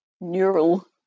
neural